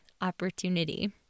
opportunity